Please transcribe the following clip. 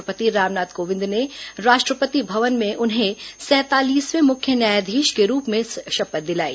राष्ट्र पति रामनाथ कोविंद ने राष्ट्र पति भवन में उन्हें सैंतालीसवें मुख्य न्यायाधीश के रूप में शपथ दिलाई